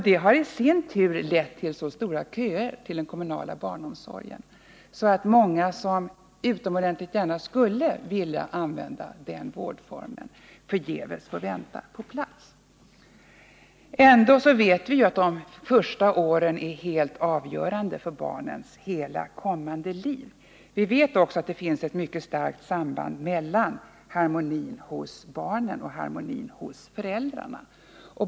Det har i sin tur lett till så stora köer i den kommunala barnomsorgen att många som utomordentligt gärna skulle vilja använda den vårdformen förgäves får vänta på plats. : Ändå vet vi att de första åren är helt avgörande för barnens hela kommande liv. Vi vet också att det finns ett mycket starkt samband mellan harmonin hos föräldrarna och harmonin hos barnen.